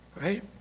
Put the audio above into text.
right